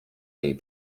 jej